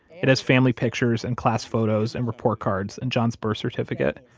it has family pictures and class photos and report cards and john's birth certificate.